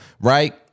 right